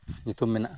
ᱧᱩᱛᱩᱢ ᱢᱮᱱᱟᱜᱼᱟ